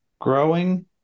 growing